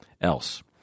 else